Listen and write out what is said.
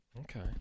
Okay